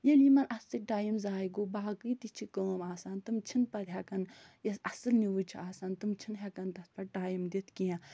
ییٚلہِ یِمَن اَتھ سۭتۍ ٹایَم زایہِ گوٚو باقٕے تہِ چھِ کٲم آسان تِم چھِنہٕ پتہٕ ہٮ۪کان یۄس اَصٕل نِوٕز چھِ آسان تِم چھِنہٕ ہٮ۪کان تَتھ پٮ۪ٹھ ٹایَم دِتھ کیٚنہہ